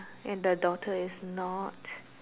and the daughter is not